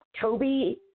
Toby